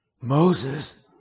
Moses